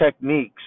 techniques